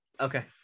Okay